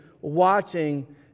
watching